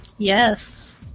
yes